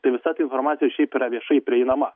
tai visa ta informacija šiaip yra viešai prieinama